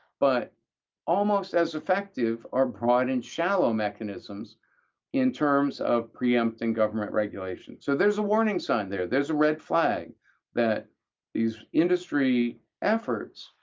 but almost as effective are broad and shallow mechanisms in terms of preempting government regulation, so there's a warning sign there. there's a red flag that these industry efforts,